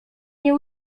nie